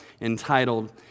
entitled